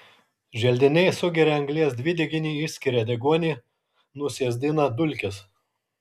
želdiniai sugeria anglies dvideginį išskiria deguonį nusėsdina dulkes